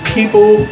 People